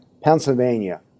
Pennsylvania